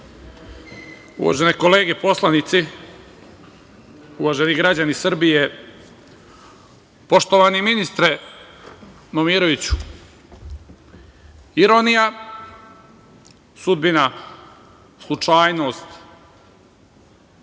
kolege poslanici, uvaženi građani Srbije, poštovani ministre Momiroviću, ironija, sudbina, slučajnost,